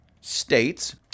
states